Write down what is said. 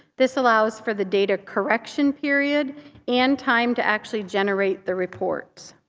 this allows for the data correction period and time to actually generate the reports.